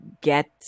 get